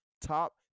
top